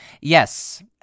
Yes